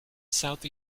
south